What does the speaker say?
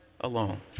alone